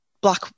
black